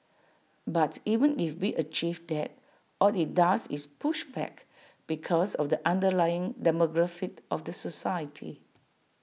but even if we achieve that all IT does is push back because of the underlying demographic of the society